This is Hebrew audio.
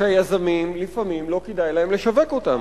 שליזמים לפעמים לא כדאי לשווק אותן,